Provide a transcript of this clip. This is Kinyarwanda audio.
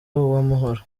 uwamahoro